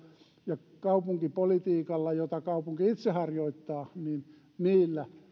ja kaupunkipolitiikalla jota kaupunki itse harjoittaa